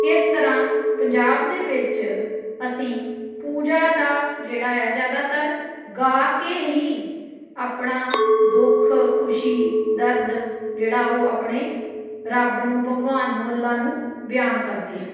ਇਸ ਤਰ੍ਹਾਂ ਪੰਜਾਬ ਦੇ ਵਿੱਚ ਅਸੀਂ ਪੂਜਾ ਦਾ ਜਿਹੜਾ ਆ ਜ਼ਿਆਦਾਤਰ ਗਾ ਕੇ ਹੀ ਆਪਣਾ ਦੁੱਖ ਖੁਸ਼ੀ ਦਰਦ ਜਿਹੜਾ ਉਹ ਆਪਣੇ ਰੱਬ ਨੂੰ ਭਗਵਾਨ ਨੂੰ ਅੱਲਾ ਨੂੰ ਬਿਆਨ ਕਰਦੇ ਹਾਂ